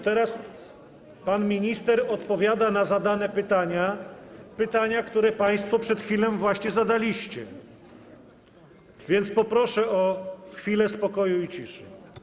Teraz pan minister odpowiada na pytania, które państwo przed chwilą właśnie zadaliście, więc proszę o chwilę spokoju i ciszy.